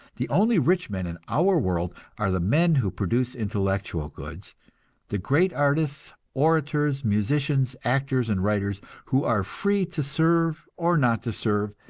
the only rich men in our world are the men who produce intellectual goods the great artists, orators, musicians, actors and writers, who are free to serve or not to serve,